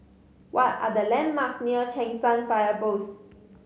what are the landmarks near Cheng San Fire Post